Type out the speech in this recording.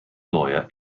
lawyer